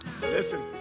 Listen